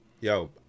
yo